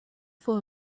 for